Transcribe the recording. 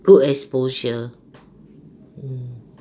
good exposure